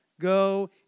Go